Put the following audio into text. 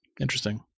Interesting